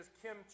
Kim